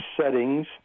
Settings